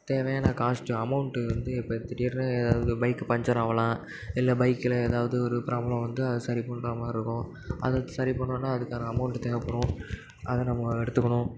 தேவையான cost amount வந்து இப்போ திடிரெனு எதாவது பைக் பஞ்சர் ஆகலாம் இல்லை பைக்கில் ஏதாவது ஒரு பிராப்ளம் வந்து அதை சரி பண்ணுற மாதிரி இருக்கும் அதை சரி பண்ணணுனா அதுக்கான அமௌண்ட்டு தேவைப்படும் அதை நம்ம எடுத்துக்கணும்